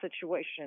situation